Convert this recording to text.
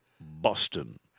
Boston